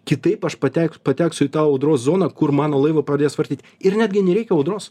kitaip aš patek pateksiu į tą audros zoną kur mano laivą pradės vartyt ir netgi nereikia audros